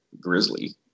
grizzly